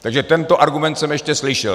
Takže tento argument jsem ještě slyšel.